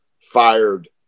fired